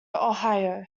ohio